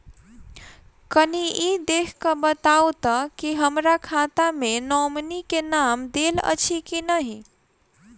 कनि ई देख कऽ बताऊ तऽ की हमरा खाता मे नॉमनी केँ नाम देल अछि की नहि?